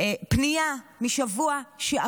וניסו